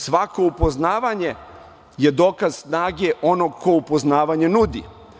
Svako upoznavanje je dokaz snage onog ko upoznavanje nudi.